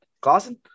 Clausen